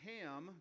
Ham